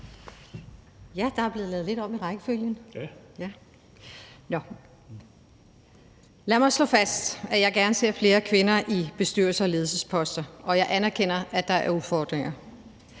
Lad mig slå fast, at jeg gerne ser flere kvinder i bestyrelses- og ledelsesposter, og jeg anerkender, at der er udfordringer.